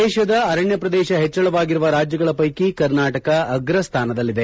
ದೇಶದ ಅರಣ್ನ ಪ್ರದೇಶ ಹೆಚ್ಚಳವಾಗಿರುವ ರಾಜ್ನಗಳ ಪ್ಲೆಕಿ ಕರ್ನಾಟಕ ಅಗ್ರ ಸ್ಥಾನದಲ್ಲಿದೆ